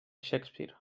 shakespeare